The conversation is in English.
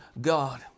God